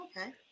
Okay